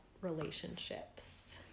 relationships